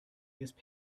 use